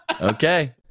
okay